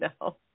no